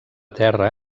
terra